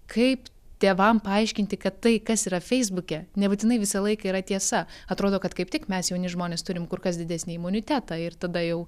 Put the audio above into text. kaip tėvam paaiškinti kad tai kas yra feisbuke nebūtinai visą laiką yra tiesa atrodo kad kaip tik mes jauni žmonės turim kur kas didesnį imunitetą ir tada jau